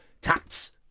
tats